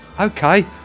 okay